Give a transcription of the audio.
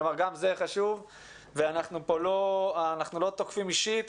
אנחנו לא תוקפים אישית,